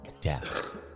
death